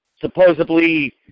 supposedly